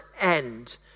end